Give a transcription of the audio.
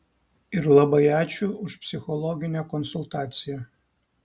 ir labai ačiū už psichologinę konsultaciją